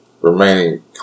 remaining